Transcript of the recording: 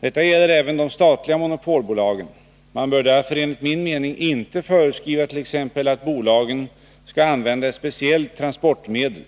Detta gäller även de statliga monopolbolagen. Man bör därför enligt min mening inte föreskriva t.ex. att bolagen skall använda ett speciellt transportmedel.